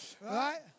right